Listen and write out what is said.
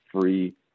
free